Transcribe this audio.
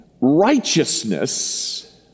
righteousness